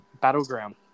Battleground